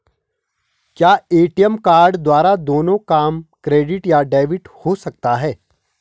क्या ATM card द्वारा दोनों काम क्रेडिट या डेबिट हो सकता है?